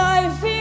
Life